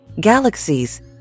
galaxies